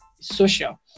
social